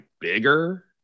bigger